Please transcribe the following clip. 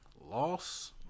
Loss